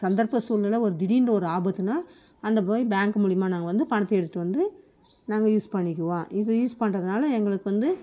சந்தர்ப்ப சூல்நிலை ஒரு திடீர்னு ஒரு ஆபத்துன்னா அந்த போய் பேங்க்கு மூலிமா நாங்கள் வந்து பணத்தை எடுத்துட்டு வந்து நாங்கள் யூஸ் பண்ணிக்குவோம் இது யூஸ் பண்ணுறதனால எங்களுக்கு வந்து